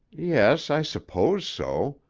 yes. i suppose so.